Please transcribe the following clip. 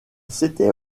s’était